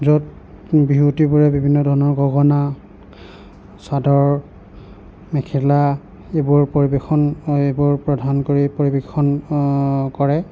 য'ত বিহুৱতীবোৰে বিভিন্ন ধৰণৰ গগনা চাদৰ মেখেলা এইবোৰ পৰিৱেশন এইবোৰ প্ৰধান কৰি পৰিৱেশন কৰে